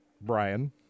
Brian